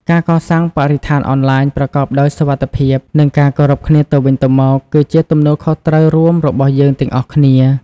ការកសាងបរិស្ថានអនឡាញប្រកបដោយសុវត្ថិភាព និងការគោរពគ្នាទៅវិញទៅមក គឺជាទំនួលខុសត្រូវរួមរបស់យើងទាំងអស់គ្នា។